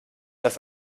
das